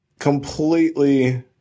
completely